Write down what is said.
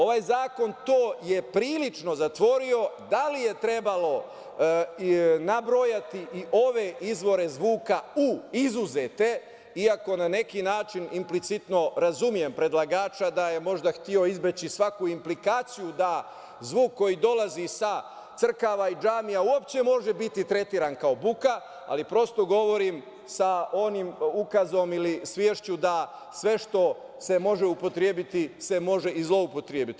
Ovaj zakon to je prilično zatvorio, da li je trebalo nabrojati i ove izbore zvuka u izuzete, iako na neki način implicitno razumem predlagača da je možda hteo izbeći svaku implikaciju da zvuk koji dolazi sa crkava i džamija uopšte može biti tretiran kao buka, ali prosto govorim sa onim ukazom ili svešću da sve što se može upotrebiti se može i zloupotrebiti.